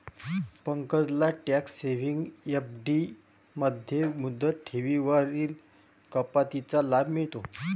पंकजला tax saving FD मध्ये मुदत ठेवींवरील कपातीचा लाभ मिळतो